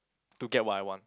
to get what I want